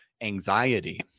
anxiety